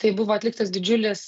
tai buvo atliktas didžiulis